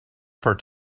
for